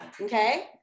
okay